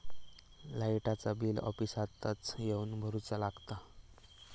लाईटाचा बिल ऑफिसातच येवन भरुचा लागता?